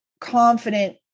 confident